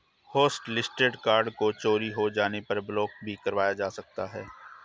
hotlisted card को चोरी हो जाने पर ब्लॉक भी कराया जा सकता है